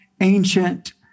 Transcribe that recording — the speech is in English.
ancient